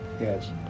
Yes